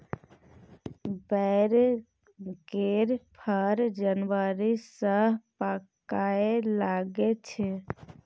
बैर केर फर जनबरी सँ पाकय लगै छै